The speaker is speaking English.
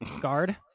Guard